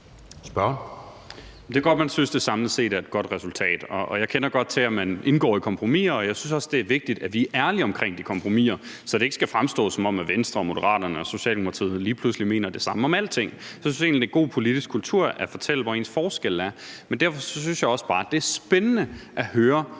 Det er godt, man synes, det samlet set er et godt resultat. Og jeg kender godt til, at man indgår kompromiser, og jeg synes også, det er vigtigt, at vi er ærlige omkring de kompromiser, så det ikke skal fremstå, som om Venstre og Moderaterne og Socialdemokratiet lige pludselig mener det samme om alting. Så jeg synes egentlig, det er god politisk kultur at fortælle, hvor ens forskelle er. Men derfor synes jeg også bare, det er spændende at høre,